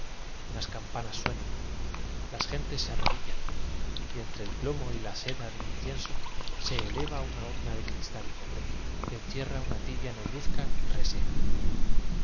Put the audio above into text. unas campanas suenan las gentes se arrodillan y entre el plomo y la seda del incienso se eleva una urna de cristal y co bre que encierra una tibia negruzca y rese